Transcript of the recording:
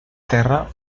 terra